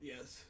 Yes